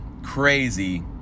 crazy